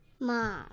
Mom